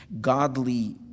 godly